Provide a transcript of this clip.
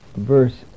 verse